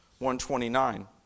129